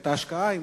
ואת ההשקעה,